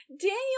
Daniel